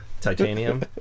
Titanium